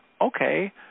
okay